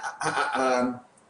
והמידע הזה,